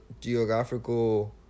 geographical